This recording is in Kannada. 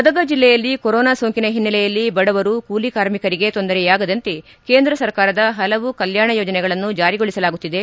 ಗದಗ ಜಿಲ್ಲೆಯಲ್ಲಿ ಕೊರೊನಾ ಸೋಂಕಿನ ಹಿನ್ನೆಲೆಯಲ್ಲಿ ಬಡವರು ಕೂಲಿ ಕಾರ್ಮಿಕರಿಗೆ ತೊಂದರೆಯಾಗದಂತೆ ಕೇಂದ್ರ ಸರ್ಕಾರದ ಹಲವು ಕಲ್ಲಾಣ ಯೋಜನೆಗಳನ್ನು ಜಾರಿಗೊಳಿಸಲಾಗುತ್ತಿದೆ